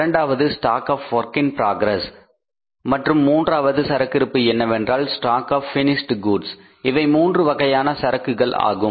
இரண்டாவது என்பது stock of WIP அதாவது வேர்க் இன் புரோகிரஸ் மற்றும் மூன்றாவது சரக்கு என்னவென்றால் ஸ்டாக் ஆப் பினிஸ்ட் கூட்ஸ் இவை மூன்று வகையான சரக்குகள் ஆகும்